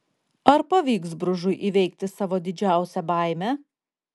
ar pavyks bružui įveikti savo didžiausią baimę